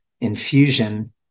infusion